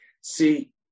See